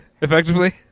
effectively